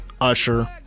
Usher